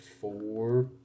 four